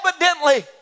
evidently